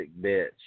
bitch